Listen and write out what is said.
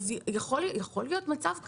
יכול להיות מצב כזה,